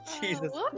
Jesus